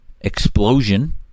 explosion